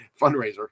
fundraiser